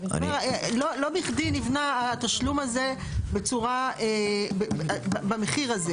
לא בכדי נבנה התשלום הזה בצורה, במחיר הזה.